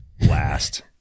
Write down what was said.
last